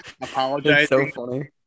apologizing